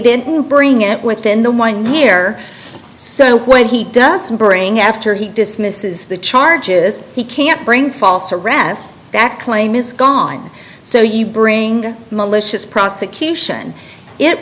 didn't bring it within the mind here so when he doesn't bring after he dismisses the charges he can't bring false arrest that claim is gone so you bring malicious prosecution it